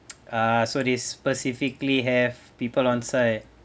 ah so this specifically have people on site